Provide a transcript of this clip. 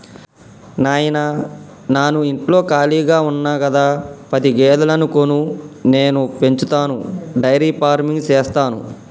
నాయిన నాను ఇంటిలో కాళిగా ఉన్న గదా పది గేదెలను కొను నేను పెంచతాను డైరీ ఫార్మింగ్ సేస్తాను